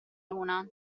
luna